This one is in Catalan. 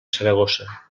saragossa